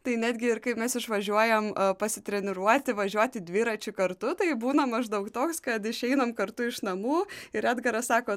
tai netgi ir kai mes išvažiuojam pasitreniruoti važiuoti dviračiu kartu tai būna maždaug toks kad išeinam kartu iš namų ir edgaras sako